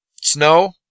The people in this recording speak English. snow